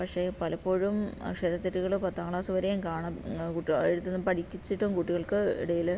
പക്ഷേ പലപ്പോഴും അക്ഷര തെറ്റുകൾ പത്താം ക്ലാസ് വരെയും കാണാം കുട്ടികളെഴുത്ത് പഠിക്കിച്ചിട്ടും കുട്ടികൾക്ക് ഇടയിൽ